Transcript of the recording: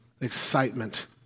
excitement